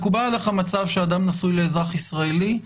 מקובל עליך מצב שאדם נשוי לאזרח ישראלי,